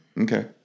Okay